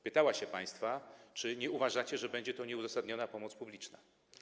Pytała się państwa, czy nie uważacie, że będzie to nieuzasadniona pomoc publiczna.